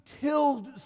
tilled